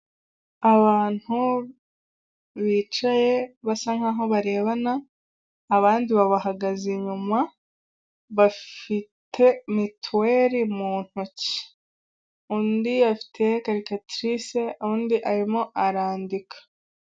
Abantu bicaye basa nkaho barebana abandi babahagaze inyuma, bafite mituweli mu ntoki undi afite kalikatirise, undi arimo arandika.